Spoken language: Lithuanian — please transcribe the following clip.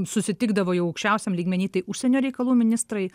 susitikdavo jau aukščiausiam lygmeny tai užsienio reikalų ministrai